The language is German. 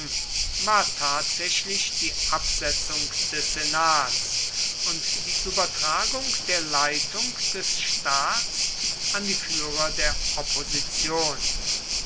war tatsächlich die absetzung des senats und die übertragung der leitung des staats an die führer der opposition